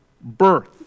birth